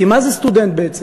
כי מה זה סטודנט בעצם?